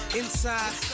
inside